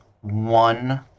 one